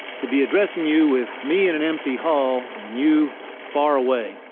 to be addressing you with me in an empty hall and you far away.